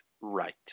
right